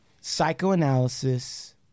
psychoanalysis